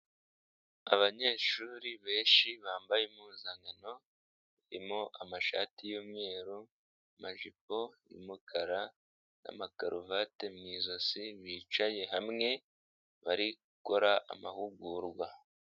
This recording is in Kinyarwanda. Abanyeshuri benshi bambaye impuzankano irimo amashati y'umweru, amajipo y'umukara n'amakaruvati mu ijosi, bicaye hamwe bari gukora amahugurwa.